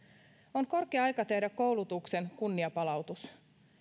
on korkea aika tehdä koulutuksen kunnianpalautus